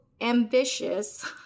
ambitious